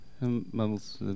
Mumbles